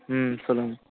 ம் சொல்லுங்கள்